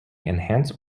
enhance